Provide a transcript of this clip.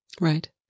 Right